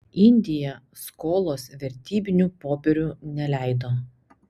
indija skolos vertybinių popierių neleido